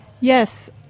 Yes